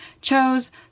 chose